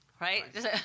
Right